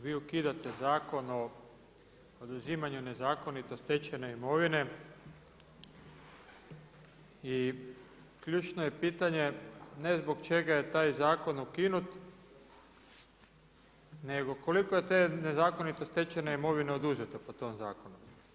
Vi ukidate Zakon o oduzimanje nezakonito stečene imovine i ključno je pitanje ne zbog čega je taj zakon ukinut nego je koliko je te nezakonito stečene imovine oduzeto po tom zakonu.